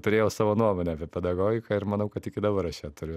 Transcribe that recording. turėjau savo nuomonę apie pedagogiką ir manau kad iki dabar aš ją turiu